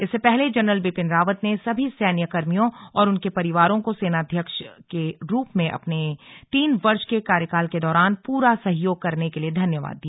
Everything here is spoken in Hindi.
इससे पहले जनरल बिपिन रावत ने सभी सैन्य कर्मियों और उनके परिवारों को सेनाध्यपक्ष के रूप में अपने तीन वर्ष के कार्यकाल के दौरान पूरा सहयोग करने के लिए धन्यवाद दिया